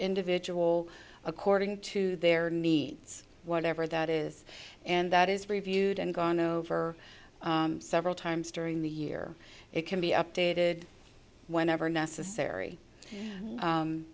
individual according to their needs whatever that is and that is reviewed and gone over several times during the year it can be updated whenever necessary